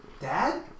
Dad